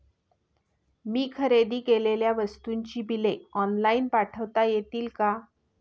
मी खरेदी केलेल्या वस्तूंची बिले ऑनलाइन पाठवता येतील का?